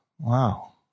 wow